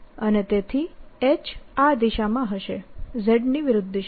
અને તેથી H આ દિશામાં હશે z ની વિરુદ્ધ દિશામાં